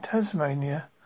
Tasmania